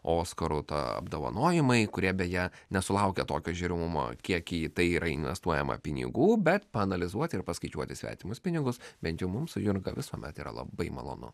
oskarų to apdovanojimai kurie beje nesulaukė tokio žiūrimumo kiek į tai yra investuojama pinigų bet paanalizuoti ir paskaičiuoti svetimus pinigus bent jau mums su jurga visuomet yra labai malonu